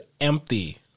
empty